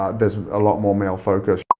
ah there's a lot more male focus.